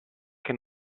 che